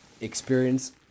experience